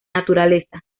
naturaleza